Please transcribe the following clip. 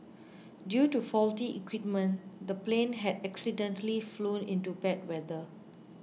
due to faulty equipment the plane had accidentally flown into bad weather